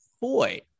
boy